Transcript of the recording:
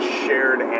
shared